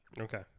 okay